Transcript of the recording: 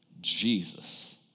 Jesus